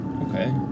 Okay